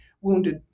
wounded